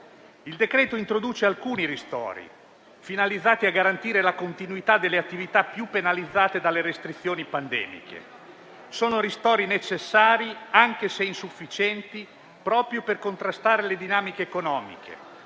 Il provvedimento introduce alcuni ristori, finalizzati a garantire la continuità delle attività più penalizzate dalle restrizioni pandemiche. Sono ristori necessari, anche se insufficienti, proprio per contrastare le dinamiche economiche.